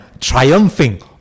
triumphing